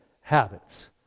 habits